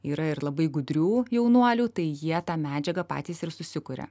yra ir labai gudrių jaunuolių tai jie tą medžiagą patys ir susikuria